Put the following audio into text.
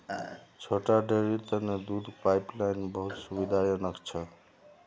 छोटा डेरीर तने दूध पाइपलाइन बहुत सुविधाजनक छ